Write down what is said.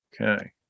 Okay